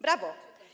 Brawo.